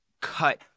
cut